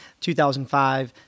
2005